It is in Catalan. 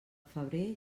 febrer